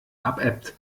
abebbt